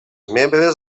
membres